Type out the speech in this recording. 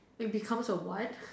it becomes a what